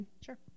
Sure